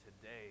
today